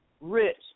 rich